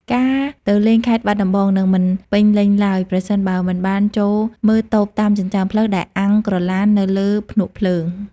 ការទៅលេងខេត្តបាត់ដំបងនឹងមិនពេញលេញឡើយ ប្រសិនបើមិនបានចូលមើលតូបតាមចិញ្ចើមផ្លូវដែលអាំងក្រឡាននៅលើភ្នក់ភ្លើង។